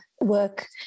work